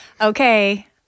Okay